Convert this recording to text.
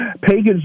pagans